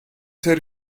ser